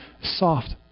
soft